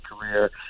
career